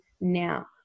now